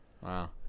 Wow